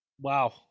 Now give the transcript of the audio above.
Wow